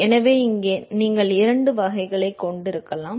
எனவே இங்கே நீங்கள் இரண்டு வகைகளைக் கொண்டிருக்கலாம்